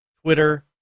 Twitter